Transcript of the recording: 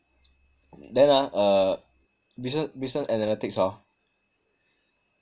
then ah uh business business analytics hor